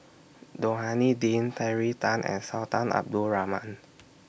Rohani Din Terry Tan and Sultan Abdul Rahman